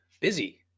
busy